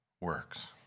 works